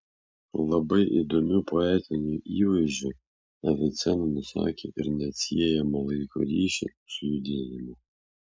labai įdomiu poetiniu įvaizdžiu avicena nusakė ir neatsiejamą laiko ryšį su judėjimu